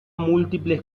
múltiples